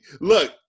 Look